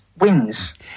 wins